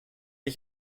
ich